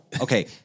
Okay